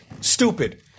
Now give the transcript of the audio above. Stupid